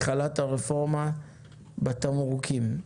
התחלת הרפורמה בתמרוקים.